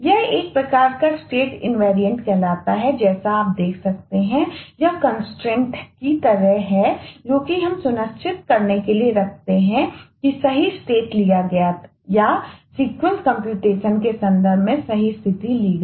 यह एक प्रकार का स्टेट इनवेरिएंट कहलाता के संदर्भ में सही स्थिति ली गई